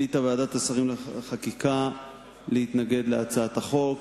החליטה ועדת שרים לחקיקה להתנגד להצעת החוק.